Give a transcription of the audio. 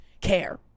care